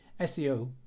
SEO